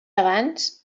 abans